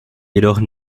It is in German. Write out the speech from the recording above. jedoch